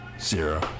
Zero